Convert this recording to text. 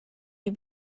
you